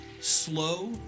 Slow